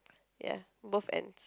ya both ends